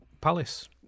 Palace